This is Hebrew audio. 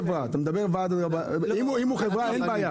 אם הוא חברה אין בעיה.